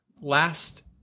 last